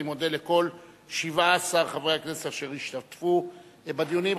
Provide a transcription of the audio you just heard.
אני מודה לכל 17 חברי הכנסת אשר השתתפו בדיונים.